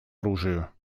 оружию